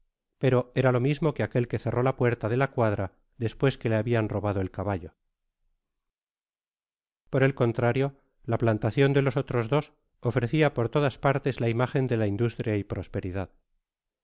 pero era lo mismo que aquel que cerró la puerta de la cuadra despuesquele habian robado el caballo por el contra rio la plantacion de los otros dos ofrecia por todas partes la imágen de la industria y prosperidad